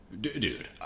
dude